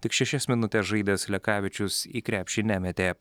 tik šešias minutes žaidęs lekavičius į krepšį nemetė